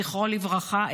זכרו לברכה,